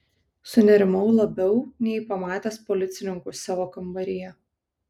sunerimau labiau nei pamatęs policininkus savo kambaryje